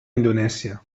indonèsia